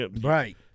right